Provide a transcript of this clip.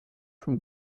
from